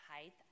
height